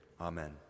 Amen